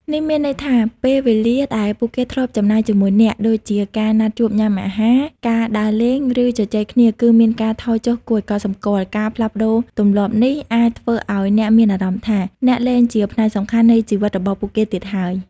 នេះមានន័យថា ពេលវេលាដែលពួកគេធ្លាប់ចំណាយជាមួយអ្នក ដូចជាការណាត់ជួបញ៉ាំអាហារ ការដើរលេង ឬជជែកគ្នាគឺមានការថយចុះគួរឲ្យកត់សម្គាល់។ ការផ្លាស់ប្តូរទម្លាប់នេះអាចធ្វើឲ្យអ្នកមានអារម្មណ៍ថា អ្នកលែងជាផ្នែកសំខាន់នៃជីវិតរបស់ពួកគេទៀតហើយ។